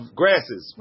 grasses